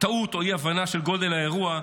טעות או אי-הבנה של גודל האירוע,